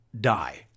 die